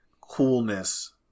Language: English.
coolness